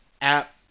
app